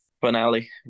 finale